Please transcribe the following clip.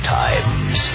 times